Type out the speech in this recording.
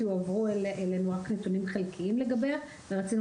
כי הועברו אלינו רק נתונים חלקיים לגביה ורצינו